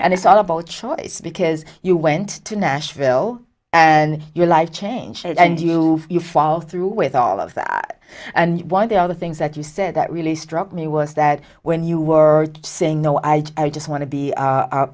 and it's all about choice because you went to nashville and your life changed it and you you follow through with all of that and one of the other things that you said that really struck me was that when you were saying no i just want to be